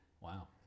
Wow